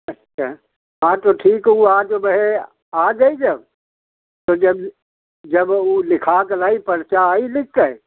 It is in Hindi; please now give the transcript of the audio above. अच्छा हाँ तो ठीक है उ आ जबहें आ जाइ जब जब उ लिखा के लाई पर्ची आइ लिख के